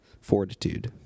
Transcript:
fortitude